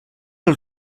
els